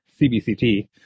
CBCT